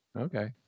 Okay